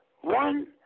one